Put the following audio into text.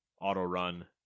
Auto-run